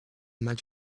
met